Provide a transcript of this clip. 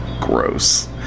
Gross